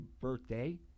birthday